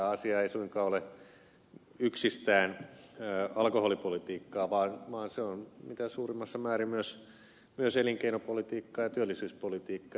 asia ei suinkaan ole yksistään alkoholipolitiikkaa vaan se on mitä suurimmassa määrin myös elinkeinopolitiikkaa ja työllisyyspolitiikkaa